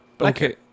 Okay